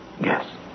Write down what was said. Yes